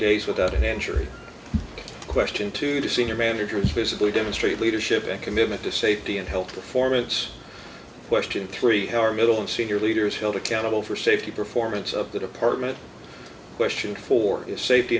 days without injury question two senior managers physically demonstrate leadership and commitment to safety and health performance question three how are middle and senior leaders held accountable for safety performance of the department question for safety